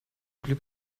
glück